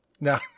No